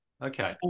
Okay